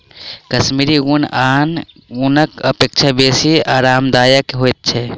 कश्मीरी ऊन आन ऊनक अपेक्षा बेसी आरामदायक होइत छै